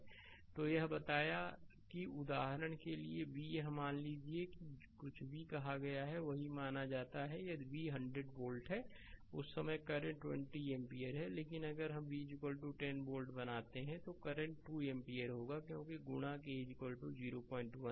slide समय देखें 0529 तो यह बताया कि उदाहरण के लिए v यहाँ मान लीजिए कि जो कुछ भी कहा गया है वही माना जाता है यदि v 100 वोल्ट है उस समय करंट 20 एम्पीयर है लेकिन अगर हम v 10 वोल्ट बनाते हैं तो करंट 2 एम्पीयर होगा क्योंकि गुणा k 01